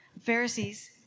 Pharisees